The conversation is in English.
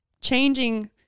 changing